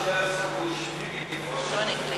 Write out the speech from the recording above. יש יותר סיכוי שביבי יפרוש.